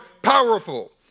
powerful